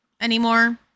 anymore